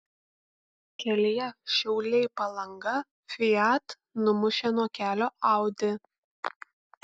kelyje šiauliai palanga fiat numušė nuo kelio audi